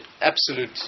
absolute